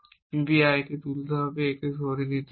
B I কে তুলতে হবে A কে সরিয়ে ফেলতে হবে